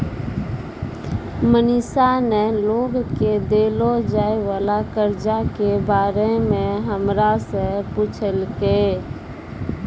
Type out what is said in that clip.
मनीषा ने लोग के देलो जाय वला कर्जा के बारे मे हमरा से पुछलकै